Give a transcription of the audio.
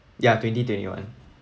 ya twenty twenty-one